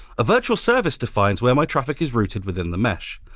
a virtual service defines where my traffic is routed within the mesh.